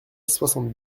soixante